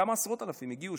כמה עשרות אלפים הגיעו,